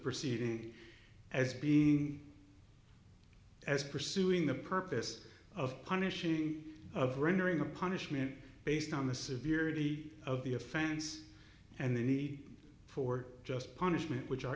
proceeding as being as pursuing the purpose of punishing of rendering a punishment based on the severely of the offense and the need for just punishment which are